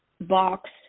box